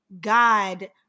God